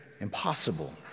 Impossible